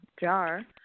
jar